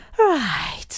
Right